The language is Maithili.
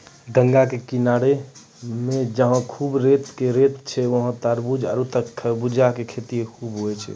गंगा के किनारा मॅ जहां खूब रेत हीं रेत छै वहाँ तारबूज आरो खरबूजा के खेती खूब होय छै